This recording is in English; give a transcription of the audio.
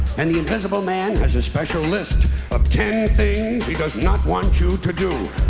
and the invisible man has a special list of ten things he does not want you to do.